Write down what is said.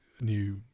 new